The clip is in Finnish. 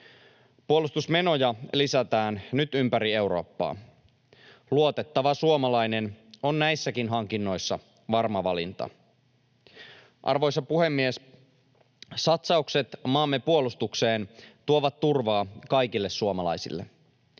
Puolustusmenoja lisätään nyt ympäri Eurooppaa. Luotettava suomalainen on näissäkin hankinnoissa varma valinta. Arvoisa puhemies! Satsaukset maamme puolustukseen tuovat turvaa kaikille suomalaisille.